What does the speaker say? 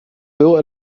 veel